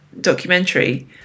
documentary